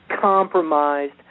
compromised